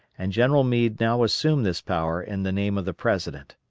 and general meade now assumed this power in the name of the president.